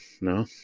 no